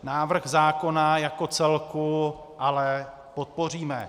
Návrh zákona jako celku ale podpoříme.